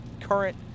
current